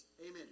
Amen